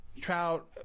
Trout –